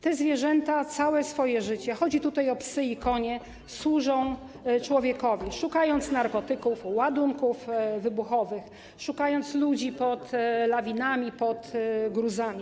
Te zwierzęta całe swoje życie - chodzi tutaj o psy i konie - służą człowiekowi, szukając narkotyków, ładunków wybuchowych, szukając ludzi pod lawinami, pod gruzami.